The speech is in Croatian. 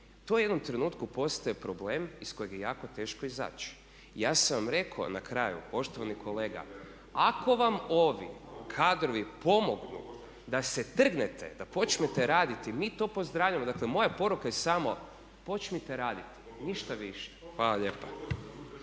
u jednom trenutku postaje problem iz kojeg je jako teško izaći. Ja sam vam rekao na kraju poštovani kolega, ako vam ovi kadrovi pomognu da se trgnete, da počnete raditi, mi to pozdravljamo. Dakle, moja poruka je samo počnite raditi. Ništa više. Hvala lijepa.